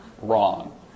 wrong